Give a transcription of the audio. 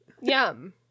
Yum